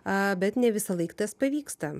a bet ne visąlaik tas pavyksta